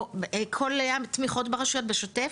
כל התמיכות ברשויות בשוטף?